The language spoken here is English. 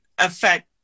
affect